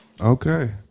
Okay